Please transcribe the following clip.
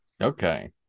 Okay